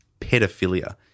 pedophilia